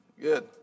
Good